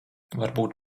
varbūt